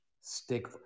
Stick